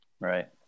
Right